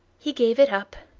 he gave it up,